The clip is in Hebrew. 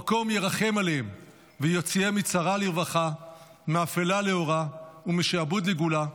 המקום ירחם עליהם ויוציאם מצרה לרווחה ומאפלה לאורה ומשעבוד לגאולה,